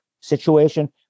situation